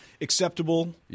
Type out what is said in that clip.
acceptable